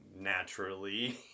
naturally